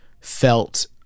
felt